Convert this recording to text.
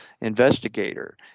investigator